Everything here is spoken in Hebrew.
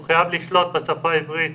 הוא חייב לשלוט בשפה העברית